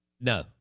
no